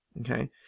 okay